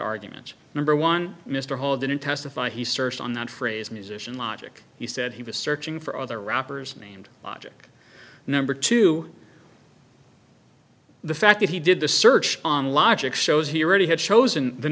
argument number one mr hall didn't testify he searched on that phrase musician logic he said he was searching for other rappers named logic number two the fact that he did the search on logic shows he really had chosen the